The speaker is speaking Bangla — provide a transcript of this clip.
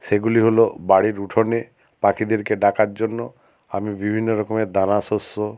সেগুলি হলো বাড়ির উঠোনে পাখিদেরকে ডাকার জন্য আমি বিভিন্ন রকমের দানাশস্য